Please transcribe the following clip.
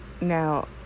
Now